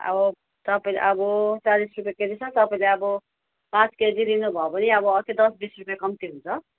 अब तपाईँ अब चालिस रुपियाँ केजी छ तपाईँले अब पाँच केजी लिनुभयो भने अब अझै दस बिस रुपियाँ कम्ती हुन्छ